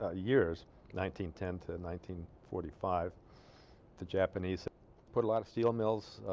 ah years nineteen ten to and nineteen forty five the japanese put a lot of steel mills